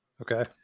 Okay